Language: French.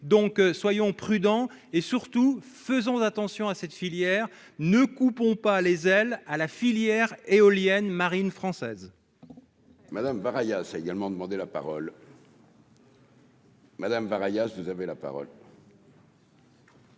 donc soyons prudents et, surtout, faisons attention à cette filière ne coupons pas les ailes à la filière éolienne marine française. Madame Breillat ça a également demandé la parole. Madame var Ayache, vous avez la parole.